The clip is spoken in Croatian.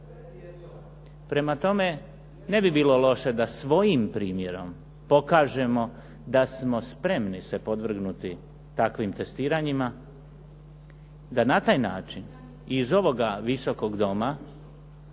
Prema tome, ne bi bilo loše da svojim primjerom pokažemo da smo spremni se podvrgnuti takvim testiranjima, da na taj način iz ovoga Visokog doma